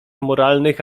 moralnych